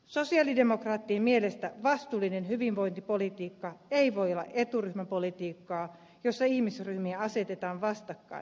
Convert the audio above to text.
sosialidemokraattien mielestä vastuullinen hyvinvointipolitiikka ei voi olla eturyhmäpolitiikkaa jossa ihmisryhmiä asetetaan vastakkain